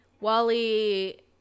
Wally